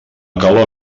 calor